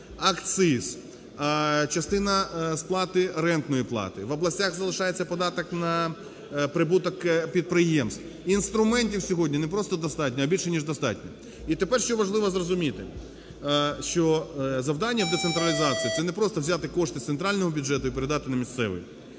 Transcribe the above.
акциз, частина сплати рентної плати, в областях залишається податок на прибуток підприємств. Інструментів сьогодні не просто достатньо, а більше ніж достатньо. І тепер що важливо зрозуміти, що завдання децентралізації - це не просто взяти кошти з центрального бюджету і передати на місцевий,